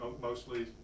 mostly